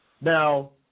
Now